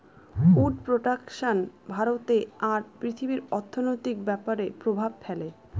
would production ভারতে আর পৃথিবীর অর্থনৈতিক ব্যাপরে প্রভাব ফেলে